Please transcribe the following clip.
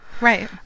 Right